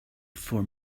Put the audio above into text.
for